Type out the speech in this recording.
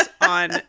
on